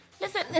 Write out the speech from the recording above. Listen